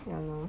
ya lor